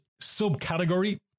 subcategory